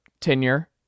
tenure